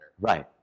Right